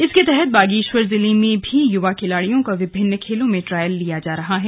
इसके तहत बागेश्वर जिले में भी युवा खिलाड़ियों का विभिन्न खेलों में ट्रायल किया जा रहा है